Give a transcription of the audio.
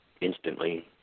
instantly